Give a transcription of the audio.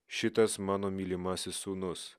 šitas mano mylimasis sūnus